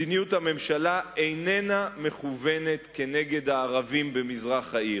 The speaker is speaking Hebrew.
מדיניות הממשלה איננה מכוונת כנגד הערבים במזרח העיר.